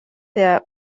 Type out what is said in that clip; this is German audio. der